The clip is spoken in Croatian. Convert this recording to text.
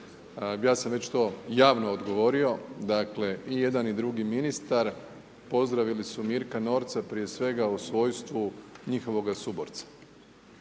ja sam već to javno odgovorio, dakle i jedan i drugi ministar pozdravili su Mirka Norca prije svega u svojstvu njihovoga suborca.